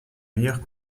meilleures